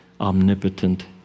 omnipotent